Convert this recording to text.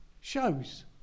shows